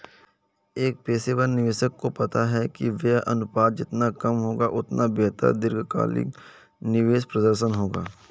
एक पेशेवर निवेशक को पता है कि व्यय अनुपात जितना कम होगा, उतना बेहतर दीर्घकालिक निवेश प्रदर्शन होगा